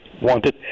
wanted